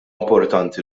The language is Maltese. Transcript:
importanti